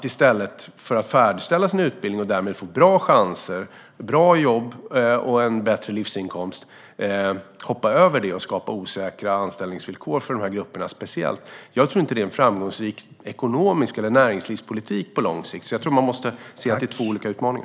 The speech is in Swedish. I stället för att de ska färdigställa sin utbildning och därmed få bra chanser, bra jobb och en bättre livsinkomst ska de hoppa över det. Man skapar osäkra anställningsvillkor för speciellt de grupperna. Jag tror inte att det är en framgångsrik ekonomisk politik eller näringslivspolitik på lång sikt. Jag tror att man måste se att det är två olika utmaningar.